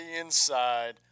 inside